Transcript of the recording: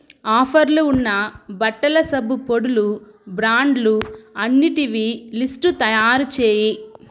ఆఫర్లు ఉన్న బట్టలసబ్బు పొడులు బ్రాండ్లు అన్నిటివి లిస్టు తయారు చేయి